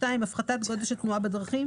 הפחתת גודש התנועה בדרכים.